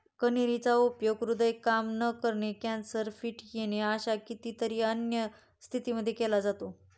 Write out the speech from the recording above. कन्हेरी चा उपयोग हृदय काम न करणे, कॅन्सर, फिट येणे अशा कितीतरी अन्य स्थितींमध्ये केला जातो